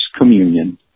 communion